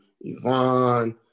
Yvonne